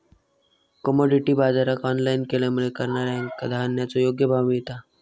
commodity बाजराक online केल्यामुळे करणाऱ्याक धान्याचो योग्य भाव मिळता